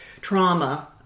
trauma